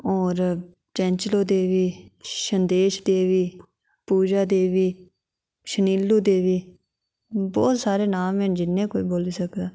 और चैचंलो देवी संदेश देवी पूजा देबी शनिलो देवी बहुत सारे नां न जिन्ने बी कोई बोल्ली सकदा